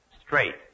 straight